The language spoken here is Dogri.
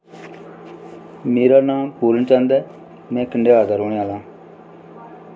मेरा नांऽ पूर्ण चंद ऐ ते में कंडयार दा रौह्ने आह्ला